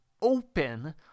open